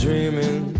Dreaming